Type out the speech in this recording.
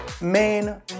main